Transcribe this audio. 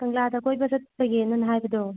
ꯀꯪꯂꯥꯗ ꯀꯣꯏꯕ ꯆꯠꯄꯒꯤ ꯑꯃꯅ ꯍꯥꯏꯕꯗꯣ